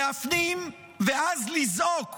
להפנים ואז לזעוק